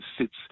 sits